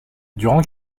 durant